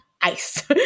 ice